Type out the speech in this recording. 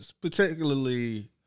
particularly